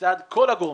מצד כל הגורמים,